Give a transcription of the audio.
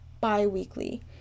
bi-weekly